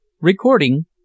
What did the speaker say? Recording